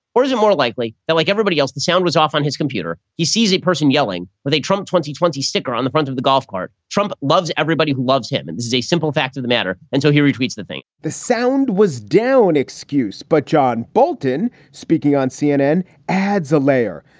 or is it more likely that, like everybody else, the sound was off on his computer? he sees a person yelling or they trump twenty twenty sticker on the front of the golf cart. trump loves everybody who loves him. and this is a simple fact of the matter. and so here he tweets the thing the sound was down excuse. but john bolton speaking on cnn adds a layer.